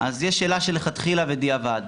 אז יש שאלה שלכתחילה בדיעבד.